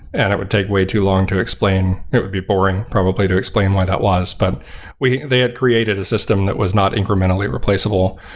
and it would take way too long to explain. it would be boring probably to explain why that was. but they had created a system that was not incrementally replaceable.